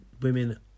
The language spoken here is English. women